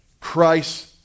Christ